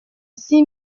six